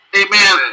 amen